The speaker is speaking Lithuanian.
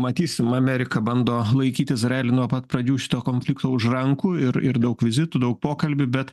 matysim amerika bando laikyt izraelį nuo pat pradžių šito konflikto už rankų ir ir daug vizitų daug pokalbių bet